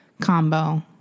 combo